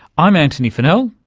i'm antony funnell,